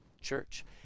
church